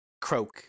croak